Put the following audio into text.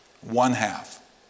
one-half